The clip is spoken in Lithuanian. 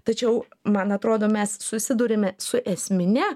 tačiau man atrodo mes susiduriame su esmine